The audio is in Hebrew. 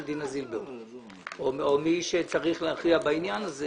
דינה זילבר או מי שצריך להכריע בעניין הזה